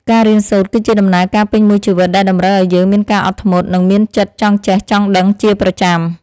ការរៀនសូត្រ គឺជាដំណើរការពេញមួយជីវិតដែលតម្រូវឱ្យយើងមានការអត់ធ្មត់ និងមានចិត្តចង់ចេះចង់ដឹងជាប្រចាំ។